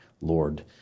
Lord